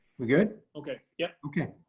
we're good. okay. yup. okay,